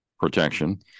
protection